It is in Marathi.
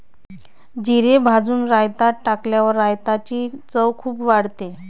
जिरे भाजून रायतात टाकल्यावर रायताची चव खूप वाढते